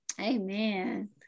amen